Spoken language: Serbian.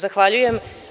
Zahvaljujem.